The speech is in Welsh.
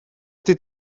ydy